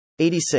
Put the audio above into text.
86